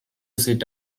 sit